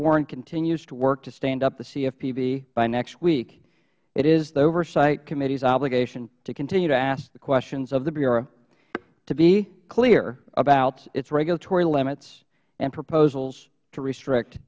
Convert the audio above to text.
warren continues to work to stand up the cfpb by next week it is the oversight committee's obligation to continue to ask the questions of the bureau to be clear about its regulatory limits and proposals to restrict